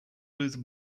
lose